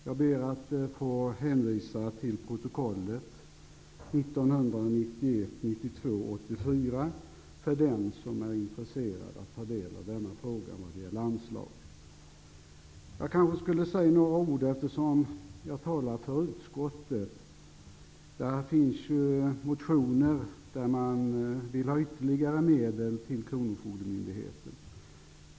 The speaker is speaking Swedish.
Jag ber att få hänvisa till protokoll 1991/92:84, för den som är intresserad av att ta del av denna fråga, när det gäller anslag. Eftersom jag talar för utskottet borde jag kanske säga att man i en del motioner vill ha ytterligare medel till kronofogdemyndigheterna.